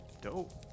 Dope